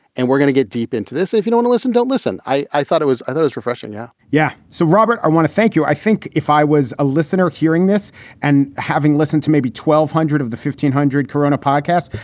and we're gonna get deep into this if you don't listen. don't listen. i i thought it was those refreshing. yeah yeah. so, robert, i want to thank you. i think if i was a listener hearing this and having listened to maybe twelve hundred of the fifteen hundred korona podcasts,